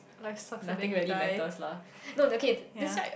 life sucks and then you die